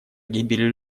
гибели